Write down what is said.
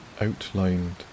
outlined